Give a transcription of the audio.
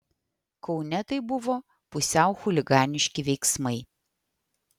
kaune tai buvo pusiau chuliganiški veiksmai